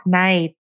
night